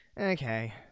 okay